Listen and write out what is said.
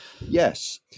Yes